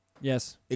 yes